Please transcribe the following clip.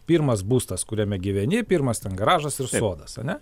pirmas būstas kuriame gyveni pirmas ten garažasir sodas ar ne